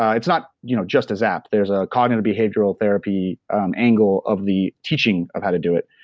it's not you know just a zap. there's a cognitive behavioral therapy um angle of the teaching of how to do it.